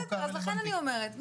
לכן אני אומרת,